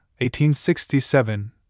1867